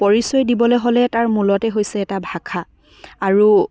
পৰিচয় দিব হ'লে তাৰ মূলতে হৈছে এটা ভাষা আৰু